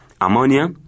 ammonia